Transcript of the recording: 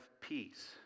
peace